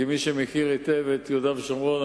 כמי שמכיר היטב את יהודה ושומרון,